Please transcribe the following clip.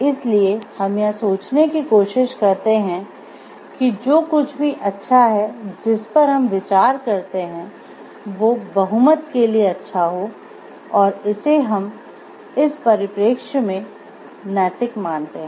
इसलिए हम यह सोचने की कोशिश करते हैं कि जो कुछ भी अच्छा है जिस पर हम विचार करते हैं वो बहुमत के लिए अच्छा हो और इसे हम इस परिप्रेक्ष्य में नैतिक मानते हैं